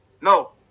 no